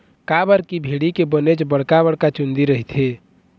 काबर की भेड़ी के बनेच बड़का बड़का चुंदी रहिथे